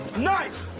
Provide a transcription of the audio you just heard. nice.